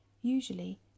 Usually